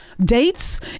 dates